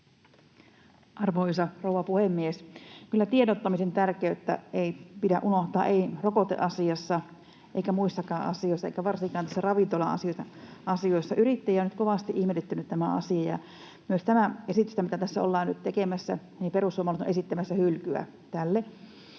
Arvoisa rouva puhemies! Tiedottamisen tärkeyttä ei pidä unohtaa, ei rokoteasiassa eikä muissakaan asioissa eikä varsinkaan näissä ravintola-asioissa. Yrittäjiä on nyt kovasti ihmetyttänyt tämä asia. Tälle esitykselle, mitä tässä ollaan nyt tekemässä, perussuomalaiset ovat esittämänsä hylkyä.